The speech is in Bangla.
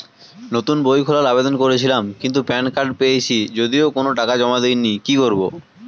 নতুন বই খোলার আবেদন করেছিলাম কিন্তু প্যান কার্ড পেয়েছি যদিও কোনো টাকা জমা দিইনি কি করব?